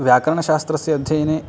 व्याकरणशास्त्रस्य अध्ययने